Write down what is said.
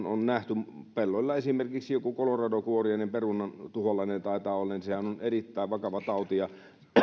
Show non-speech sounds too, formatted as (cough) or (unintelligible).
(unintelligible) on nähty nimenomaan pelloilla esimerkiksi joku koloradonkuoriainenhan taitaa olla perunan tuholainen on erittäin vakava tauti ja